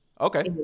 Okay